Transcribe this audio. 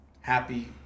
happy